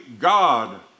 God